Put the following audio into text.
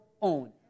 own